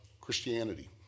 Christianity